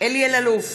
אלי אלאלוף,